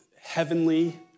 heavenly